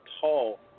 tall